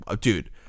dude